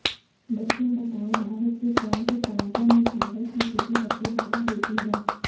बच्चों बताओ भारत के कौन से प्रांतों में चावल की खेती सबसे ज्यादा होती है?